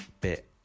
bit